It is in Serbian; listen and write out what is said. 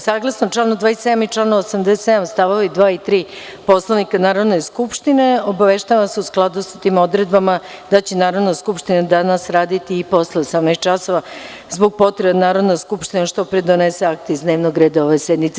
Saglasno članu 27. i članu 87, stavovi 2. i 3. Poslovnika Narodne skupštine, obaveštavam vas u skladu sa tim odredbama da će Narodna skupština danas raditi i posle 18 časova zbog potrebe da Narodna skupština što pre donese akte iz dnevnog reda ove sednice.